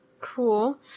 cool